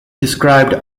described